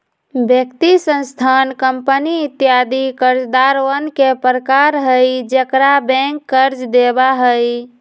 व्यक्ति, संस्थान, कंपनी इत्यादि कर्जदारवन के प्रकार हई जेकरा बैंक कर्ज देवा हई